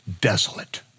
desolate